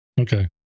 Okay